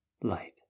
light